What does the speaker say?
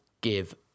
give